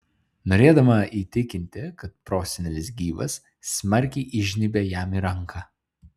norėdama įtikinti kad prosenelis gyvas smarkiai įžnybia jam į ranką